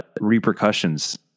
repercussions